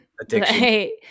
Addiction